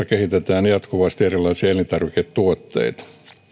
kehitetään jatkuvasti erilaisia elintarviketuotteita